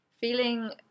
feeling